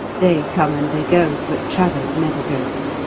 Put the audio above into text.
they come and they go, but travers never goes.